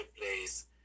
place